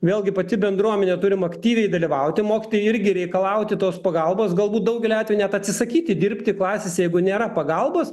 vėlgi pati bendruomenė turim aktyviai dalyvauti mokytojai irgi reikalauti tos pagalbos galbūt daugeliu atvejų metų net atsisakyti dirbti klasėse jeigu nėra pagalbos